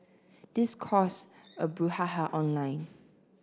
this cause a brouhaha online